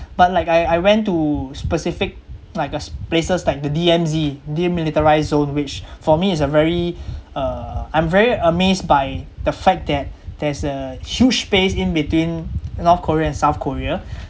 but like I I went to specific like uh places like the D_M_Z demilitarized zone which for me is a very uh I'm very amazed by the fact that there's a huge space in between north korea and south korea